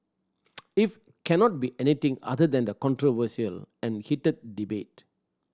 if cannot be anything other than the controversial and heated debate